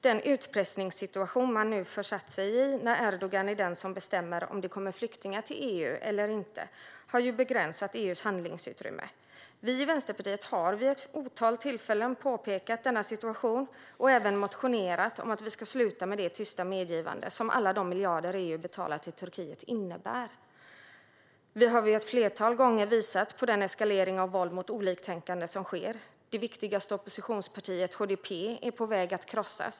Den utpressningssituation som man nu försatt sig i när Erdogan är den som bestämmer om det kommer flyktingar till EU eller inte har begränsat EU:s handlingsutrymme. Vi i Vänsterpartiet har vid ett otal tillfällen påpekat denna situation och även motionerat om att vi ska sluta med det tysta medgivande som alla de miljarder EU betalar till Turkiet innebär. Vi har ett flertal gånger visat på den eskalering av våld mot oliktänkande som sker. Det viktigaste oppositionspartiet HDP är på väg att krossas.